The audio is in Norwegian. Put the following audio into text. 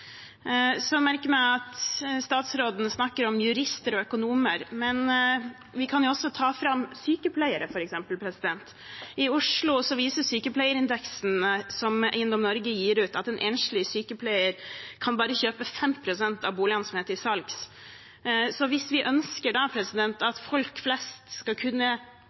merker meg også at statsråden snakker om jurister og økonomer, men vi kan jo også ta fram f.eks. sykepleiere. I Oslo viser sykepleierindeksen som Eiendom Norge gir ut, at en enslig sykepleier bare kan kjøpe 5 pst. av boligene som er til salgs. Ønsker vi at folk flest skal kunne